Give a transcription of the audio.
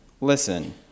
listen